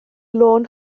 lôn